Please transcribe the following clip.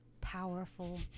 powerful